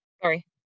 Sorry